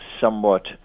somewhat